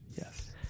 Yes